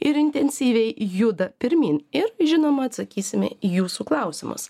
ir intensyviai juda pirmyn ir žinoma atsakysime į jūsų klausimus